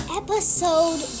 episode